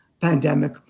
pandemic